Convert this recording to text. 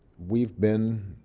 we've been